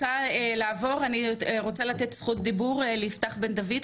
אני רוצה לעבור ולתת זכות דיבור ליפתח בן דוד,